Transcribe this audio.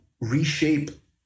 reshape